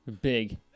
big